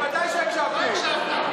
בוודאי שהקשבתי.